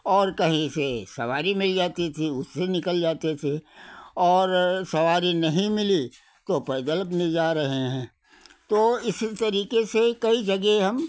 और कहीं से सवारी मिल जाती थी उससे निकल जाते थे और सवारी नहीं मिली तो पैदल अपने जा रहे हैं तो इसी तरीके से कई जगह हम